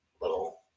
little